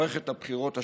במערכת הבחירות השנייה.